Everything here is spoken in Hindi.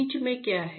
बीच में क्या है